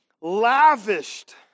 lavished